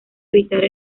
evitar